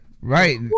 right